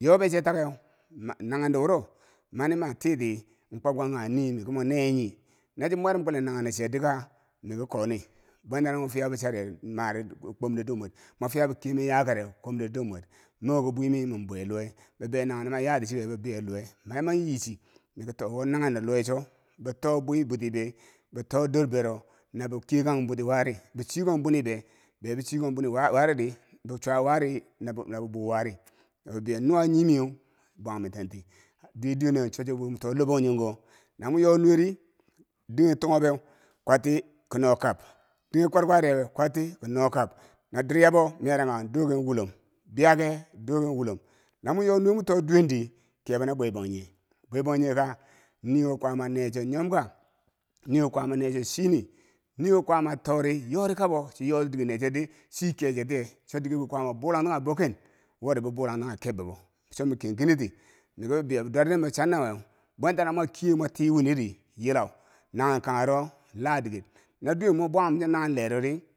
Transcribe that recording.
yobe che ta keu naghen do woro mani ma ti ti nkwob kanghi kanghe nii ki mo neye nyii? nochi mwo rub kulen nanghen chit dika miki konii bwentana mofiyabo chariyeu mare kwumde dor mwar mofiyabo kemer yakareu kwomde dor mwar mo ki bwi mii mibwe luwe bibei naghen neu ma yati chikeu bibeiyo luwe mana man yichi mekito wo naghen do duwe cho bo to bwe bwitibe bo to durbero no be kekan buty wari bochigon bwini be, bechikong bwini wari di be chwaa waari na bo nabo boo wari lo debai ya nuwa nye miyeu bwai man tanti diye duweneu chocho mo too labanjongko nomo yo nuweri, dinghe toghobeu kwatti kino kab, dighe kwarkwarebe kwaitti ke no kab na diryabo merang kako kogen wolom biyege doken wolom nomo nyo nuwe moto duwendi kebo na bwe bangjinghe bwe bangjinghe ka nii wo kwaama na cho nyom ka niwo kwaama nacho chini niwo kwama tori yori kabo chiyoti diker ner ched di chii ke chetiye cho dike kwaama bwulangti kange bo ken wori bo bwolangti kanghe kebbebo cho miken kiniti miki bibeyo biduwattinim bo channaweu bwenta na mo keye mo tiki weniri yilau nanghen kanghe ro na diker no dowen mo bwaghum ki nanghen lee lori.